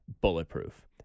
bulletproof